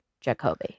jacoby